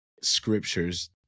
scriptures